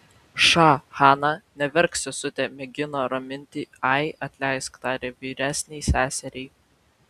ša hana neverk sesute mėgino raminti ai atleisk tarė vyresnei seseriai